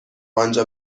آنجا